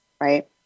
right